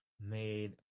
made